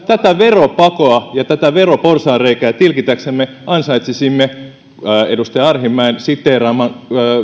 tätä veropakoa ja tätä veroporsaanreikää tilkitäksemme ansaitsisimme edustaja arhinmäen siteeraamiin